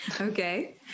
Okay